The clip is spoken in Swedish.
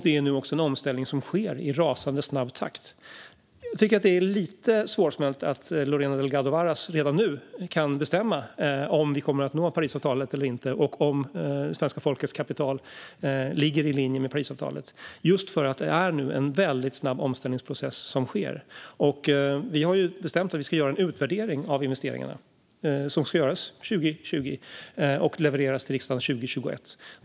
Det sker nu också en omställning i rasande snabb takt. Jag tycker att det är lite svårsmält att Lorena Delgado Varas redan nu kan bestämma om vi kommer att nå målen i Parisavtalet eller inte och om svenska folkets kapital ligger i linje med Parisavtalet. Det sker nämligen nu en väldigt snabb omställningsprocess. Vi har bestämt att vi ska göra en utvärdering av investeringarna 2020, som ska levereras till riksdagen 2021.